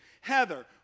Heather